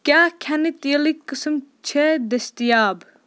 کیٛاہ کھٮ۪نہٕ تیٖلٕکۍ قٕسٕم چھِ دٔستِیاب